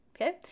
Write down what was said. Okay